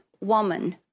woman